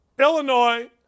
Illinois